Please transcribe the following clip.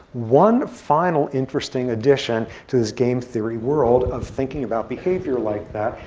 one final interesting addition to this game theory world of thinking about behavior like that,